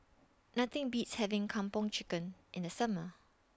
Nothing Beats having Kung Po Chicken in The Summer